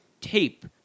tape